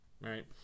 Right